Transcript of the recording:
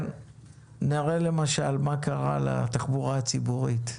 נראה למשל מה קרה לתחבורה הציבורית.